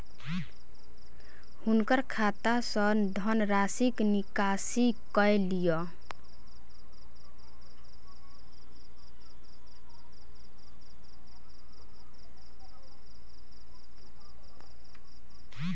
हुनकर खाता सॅ धनराशिक निकासी कय लिअ